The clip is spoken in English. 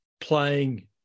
playing